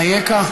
אייכה?